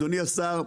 אדוני השר,